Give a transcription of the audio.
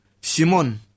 Simon